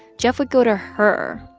jeff would go to her.